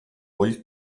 vull